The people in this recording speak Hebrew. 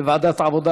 לוועדת העבודה,